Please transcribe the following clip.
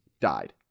died